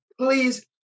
please